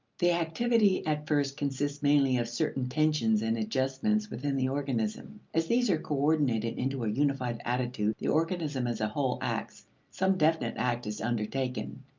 the activity at first consists mainly of certain tensions and adjustments within the organism as these are coordinated into a unified attitude, the organism as a whole acts some definite act is undertaken.